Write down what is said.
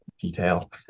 detail